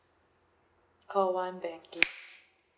call one banking